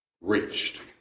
reached